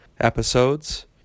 episodes